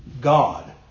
God